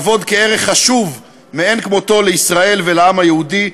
כערך חשוב מאין כמותו לישראל ולעם היהודי,